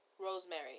Rosemary